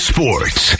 Sports